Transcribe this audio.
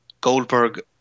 Goldberg